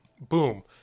Boom